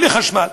בלי חשמל.